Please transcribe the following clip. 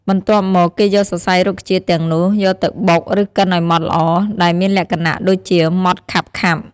បន្ទាប់មក គេយកសរសៃរុក្ខជាតិទាំងនោះយកទៅបុក ឬកិនឱ្យម៉ដ្ឋល្អ ដែលមានលក្ខណៈដូចជាម៉ដ្ឋខាប់ៗ។